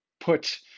put